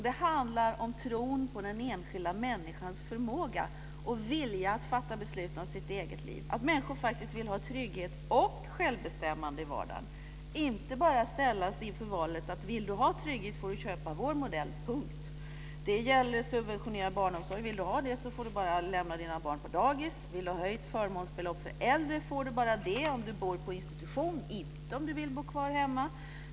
Det handlar om tron på den enskilda människans förmåga och vilja att fatta beslut om sitt eget liv, att människor kan vilja ha trygghet och självbestämmande i vardagen, inte bara ställas inför valet att om man vill ha trygghet köpa en viss modell. Det gäller subventionerad barnomsorg; vill du ha det får du lämna dina barn på dagis. Vill du ha höjt förmånsbelopp för äldre får du det om du bor på institution, inte om du vill bo kvar hemma.